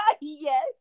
yes